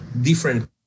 different